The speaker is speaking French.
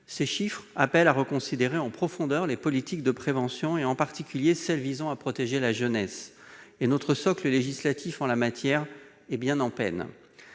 Ces chiffres appellent à reconsidérer en profondeur les politiques de prévention, en particulier celles qui visent à protéger la jeunesse. Mais notre socle législatif en la matière semble bien en peine.